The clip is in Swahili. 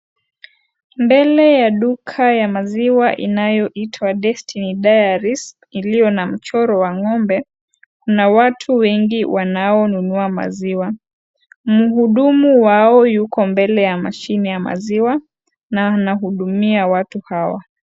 Mbele ya duka ya maziwa inayoitwa Destiny Diaries iliyo na mchoro wa ngombe na watu wengi wanaonunua maziwa . Mhudumu wao yuko mbele ya mashine ya maziwa na anahudumia watu hawa.